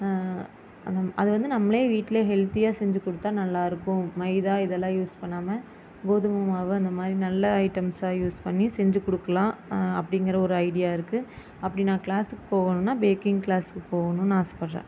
அது வந்து நம்மளே வீட்டிலயே ஹெல்த்தியாக செஞ்சுக் கொடுத்தா நல்லாயிருக்கும் மைதா இதெல்லாம் யூஸ் பண்ணாமல் கோதுமை மாவு அந்தமாதிரி நல்ல ஐட்டம்ஸாக யூஸ் பண்ணி செஞ்சுக் கொடுக்கலாம் அப்படிங்கிற ஒரு ஐடியா இருக்குது அப்படி நான் க்ளாஸுக்கு போகணுன்னால் பேக்கிங் க்ளாஸ்க்கு போகணுன்னு ஆசைப்படுறேன்